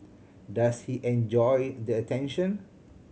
does he enjoy the attention